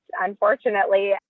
unfortunately